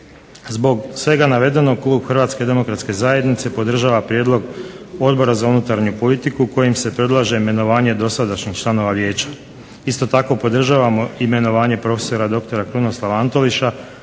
Zbog svega navedenog Klub HDZ-a podržava prijedlog Odbora za unutarnju politiku kojim se predlaže imenovanje dosadašnjih članova vijeća. Isto tako podržavamo imenovanja profesora doktora Krunoslava Antoliša